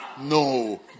No